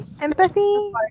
Empathy